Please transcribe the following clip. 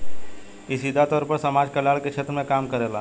इ सीधा तौर पर समाज कल्याण के क्षेत्र में काम करेला